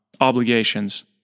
obligations